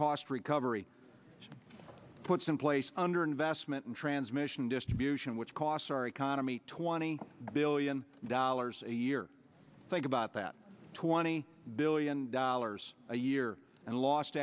cost recovery puts in place under investment in transmission distribution which costs our economy twenty billion dollars a year think about that twenty billion dollars a year and last